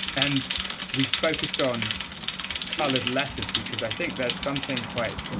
and we focused on colored letters because i think there's something quite